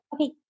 Okay